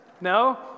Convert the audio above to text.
No